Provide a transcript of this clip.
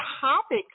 topic